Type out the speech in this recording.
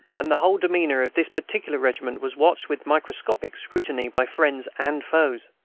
and the whole demeanor of this particular regiment was watched with microscopic scrutiny by friends and foes.